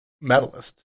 medalist